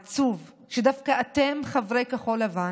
עצוב שדווקא אתם, חברי כחול לבן,